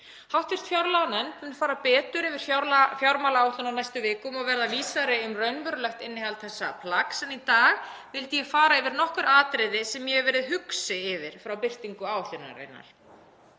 Hv. fjárlaganefnd mun fara betur yfir fjármálaáætlun á næstu vikum og verða vísari um raunverulegt innihald þessa plaggs. En í dag vildi ég fara yfir nokkur atriði sem ég hef verið hugsi yfir frá birtingu áætlunarinnar.